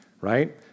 Right